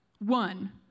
One